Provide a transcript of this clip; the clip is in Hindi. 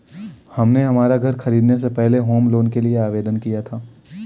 हमने हमारा घर खरीदने से पहले होम लोन के लिए आवेदन किया था